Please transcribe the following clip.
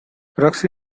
roxy